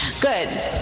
Good